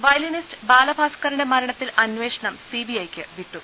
violinist ബാലഭാസ്കറിന്റെ മരണത്തിൽ അന്വേഷണം സിബിഐ ക്കു വിട്ടു